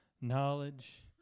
knowledge